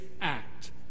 act